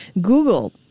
Google